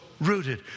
rooted